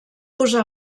posar